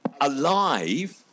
alive